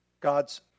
God's